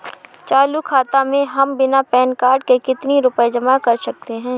चालू खाता में हम बिना पैन कार्ड के कितनी रूपए जमा कर सकते हैं?